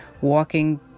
walking